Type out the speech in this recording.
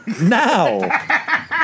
Now